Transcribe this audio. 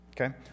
Okay